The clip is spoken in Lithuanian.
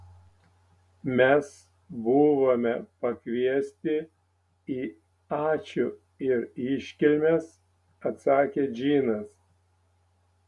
mes buvome pakviesti į ačiū ir iškilmes atsakė džinas